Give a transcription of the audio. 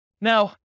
Now